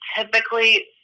typically